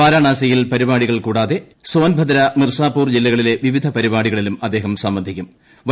വാരാണസിയിലെ പരിപാടികൾ കൂടാതെ സോൻഭദ്ര മിർസാപൂർ ജില്ലകളിലെ വിവിധ പരിപാടികളിലും അദ്ദേഹം സംബന്ധിക്കൂർ